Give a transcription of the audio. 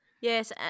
Yes